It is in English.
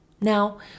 Now